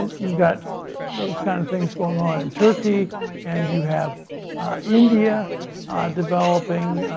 you've got those kind of things going on in turkey and you have india developing